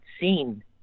seen